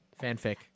Fanfic